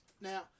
Now